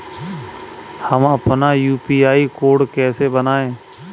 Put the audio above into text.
हम अपना UPI code कैसे बनाएँ?